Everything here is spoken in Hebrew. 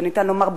וניתן לומר,